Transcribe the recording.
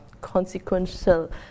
consequential